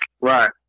Right